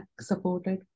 supported